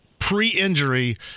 Pre-injury